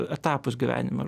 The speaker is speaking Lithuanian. etapas gyvenime